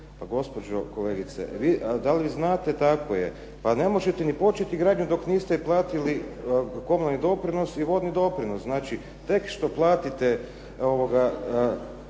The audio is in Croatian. Pa gospođo kolegice, da li znate tako je, pa ne možete niti početi gradnju dok niste platiti komunalni doprinos i vodni doprinos. Znači tek što platite komunalni